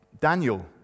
Daniel